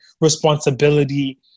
responsibility